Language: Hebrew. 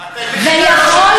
אז תלכי